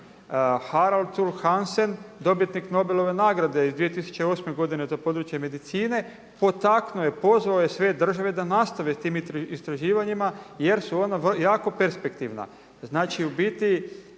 Haraldur Hansen dobitnik Nobelove nagrade iz 2008. godine, to je područje medicine potaknuo je, pozvao je sve države da nastave sa tim istraživanjima jer su ona jako perspektivna. Znači u biti